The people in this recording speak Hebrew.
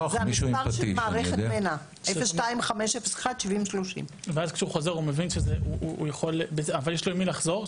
זה המספר של מערכת מנ"ע 025017030. יש לו למי לחזור?